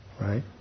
right